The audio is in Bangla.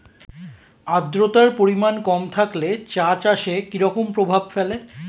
আদ্রতার পরিমাণ কম থাকলে চা চাষে কি রকম প্রভাব ফেলে?